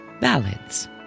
ballads